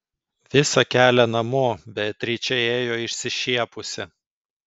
visą kelią namo beatričė ėjo išsišiepusi